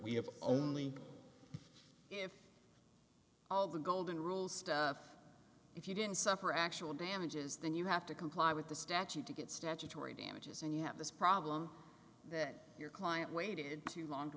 have only if all of the golden rule stuff if you didn't suffer actual damages then you have to comply with the statute to get statutory damages and you have this problem that your client waited too long to